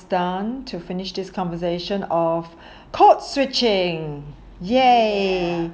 almost done to finish this conversation of code switching ya